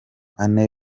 ane